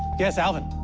yes, alvin.